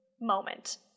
moment